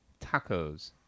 Tacos